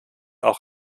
auch